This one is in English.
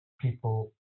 people